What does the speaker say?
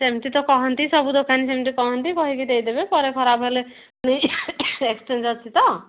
ସେମତି ତ କହନ୍ତି ସବୁ ଦୋକାନୀ ସେମିତି କୁହନ୍ତି କହିକି ଦେଇଦେବେ ପରେ ଖରାପ ହେଲେ ପୁଣି ଏକ୍ସଚେଞ୍ଜ୍ ଅଛି ତ